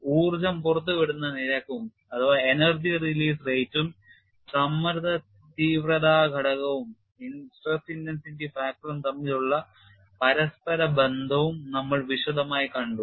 ഊർജ്ജം പുറത്തു വിടുന്ന നിരക്കും സമ്മർദ്ദ തീവ്രത ഘടകവും തമ്മിലുള്ള പരസ്പര ബന്ധവും നമ്മൾ വിശദമായി കണ്ടു